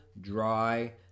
dry